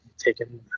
taken